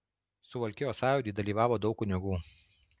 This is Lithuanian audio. suvalkijos sąjūdy dalyvavo daug kunigų